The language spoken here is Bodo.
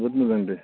बहुत मोजां दे